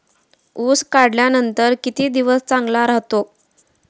ऊस काढल्यानंतर किती दिवस चांगला राहतो?